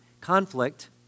conflict